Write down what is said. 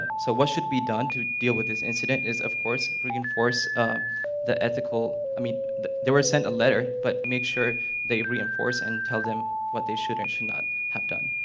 so what should be done to deal with this incident is of course reinforce the ethical. i mean they were sent a letter but make sure they reinforce, and tell them what they should and should not have done.